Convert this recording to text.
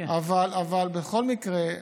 אבל בכל מקרה,